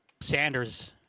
Sanders